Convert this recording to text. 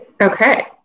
Okay